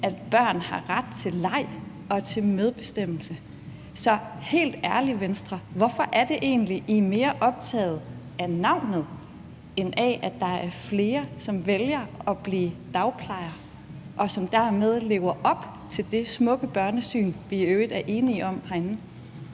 at børn har ret til leg og til medbestemmelse. Så helt ærligt, Venstre, hvorfor er det egentlig, at I er mere optaget af navnet end af, at der er flere, som vælger at blive dagplejere, og som dermed lever op til det smukke børnesyn, vi i øvrigt er enige om herinde?